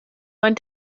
ein